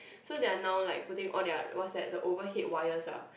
so they're now like putting all their what's that the overhead wires ah